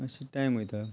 मात्शे टायम वयता